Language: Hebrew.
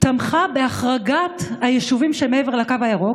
תמכו בהחרגת היישובים שמעבר לקו הירוק